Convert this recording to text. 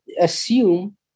assume